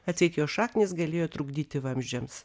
atseit jo šaknys galėjo trukdyti vamzdžiams